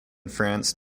france